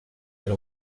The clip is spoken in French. elle